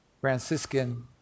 franciscan